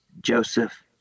Joseph